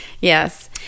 Yes